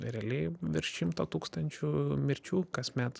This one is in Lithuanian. realiai virš šimto tūkstančių mirčių kasmet